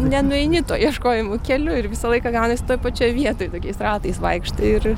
nenueini tuo ieškojimų keliu ir visą laiką gaunasi toj pačioj vietoj tokiais ratais vaikštai ir